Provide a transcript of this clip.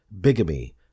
bigamy